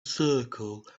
circle